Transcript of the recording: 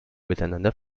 miteinander